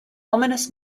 ominous